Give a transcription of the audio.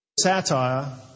...satire